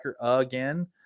again